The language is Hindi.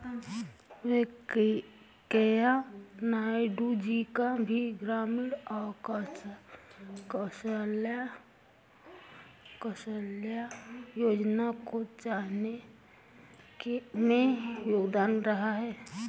वैंकैया नायडू जी का भी ग्रामीण कौशल्या योजना को चलाने में योगदान रहा है